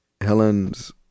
Helen's